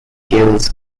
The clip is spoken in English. gilles